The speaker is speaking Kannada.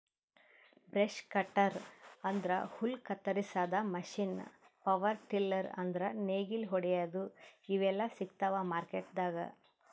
ಬ್ರಷ್ ಕಟ್ಟರ್ ಅಂದ್ರ ಹುಲ್ಲ್ ಕತ್ತರಸಾದ್ ಮಷೀನ್ ಪವರ್ ಟಿಲ್ಲರ್ ಅಂದ್ರ್ ನೇಗಿಲ್ ಹೊಡ್ಯಾದು ಇವೆಲ್ಲಾ ಸಿಗ್ತಾವ್ ಮಾರ್ಕೆಟ್ದಾಗ್